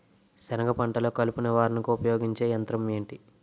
సెనగ పంటలో కలుపు నివారణకు ఉపయోగించే యంత్రం ఏంటి?